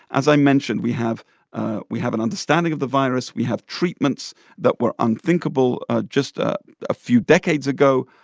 as i mentioned, we have ah we have an understanding of the virus. we have treatments that were unthinkable ah just ah a few decades ago,